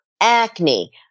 acne